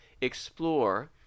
explore